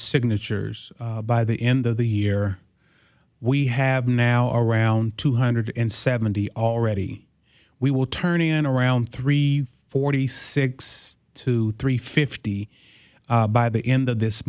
signatures by the end of the year we have now around two hundred and seventy already we will turn in around three forty six to three fifty by the end of this